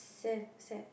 save set